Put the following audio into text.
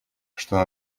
что